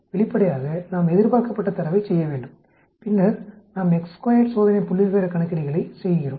வெளிப்படையாக நாம் எதிர்பார்க்கப்பட்ட தரவைச் செய்ய வேண்டும் பின்னர் நாம் சோதனை புள்ளிவிவரக் கணக்கீடுகளைச் செய்கிறோம்